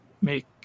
make